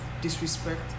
disrespect